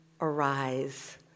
arise